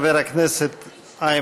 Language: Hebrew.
ראש הממשלה בנימין נתניהו,